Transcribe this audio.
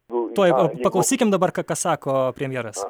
tuoj pa paklausykim dabar ką ką sako premjeras